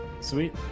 sweet